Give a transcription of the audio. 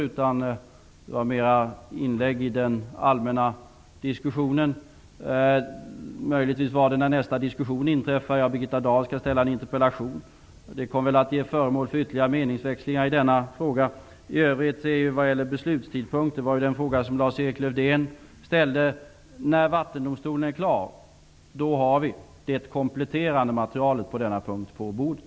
Det han sade var mera ett inlägg i den allmänna diskussionen. Ja, han frågade kanske när nästa diskussion inträffar. Men Birgitta Dahl skall ju framställa en interpellation, som väl kommer att bli föremål för ytterligare meningsväxlingar i denna fråga. I övrigt kan jag säga vad gäller beslutstidpunkten -- Lars-Erik Lövdén hade en fråga i det sammanhanget: När Vattendomstolen är klar har vi det kompletterande materialet på denna punkt på bordet.